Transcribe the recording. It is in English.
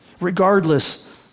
regardless